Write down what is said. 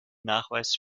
nachweis